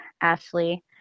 Ashley